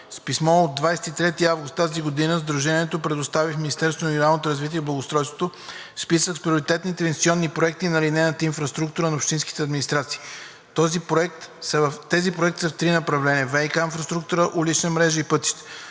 С писмо от 23 август тази година Сдружението предостави в Министерството на регионалното развитие и благоустройството списък с приоритетни инвестиционни проекти на линейната инфраструктура на общинските администрации. Тези проекти са в три направления – ВиК инфраструктура, улична мрежа и пътища.